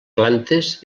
plantes